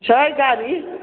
छै गाड़ी